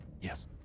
Yes